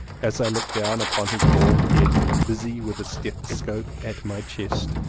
as i looked down upon his bald head, busy with a stethoscope at my chest,